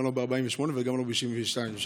גם לא ב-48 וגם לא ב-72 שעות.